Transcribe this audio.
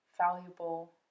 valuable